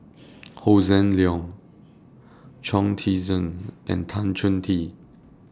Hossan Leong Chong Tze Chien and Tan Chong Tee